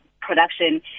production